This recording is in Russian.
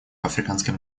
африканской